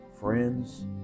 friends